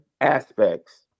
aspects